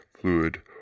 fluid